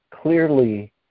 clearly